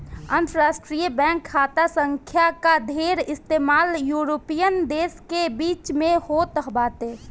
अंतरराष्ट्रीय बैंक खाता संख्या कअ ढेर इस्तेमाल यूरोपीय देस के बीच में होत बाटे